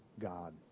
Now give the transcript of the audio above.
God